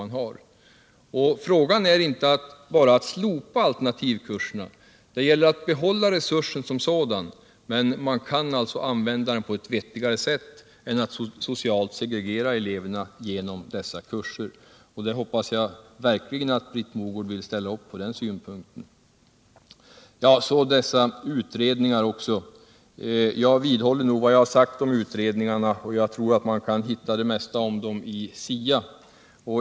Det är inte fråga om att bara slopa alternativkurserna. Det gäller att behålla resursen som sådan, men man kan alltså använda den på ett vettigare sätt än att socialt segregera eleverna genom dessa kurser. Jag hoppas verkligen att Britt Mogård vill ansluta sig till den synpunkten. Beträffande utredningarna vidhåller jag vad jag sagt. Jag tror att man kan hitta det mesta om dem i SIA.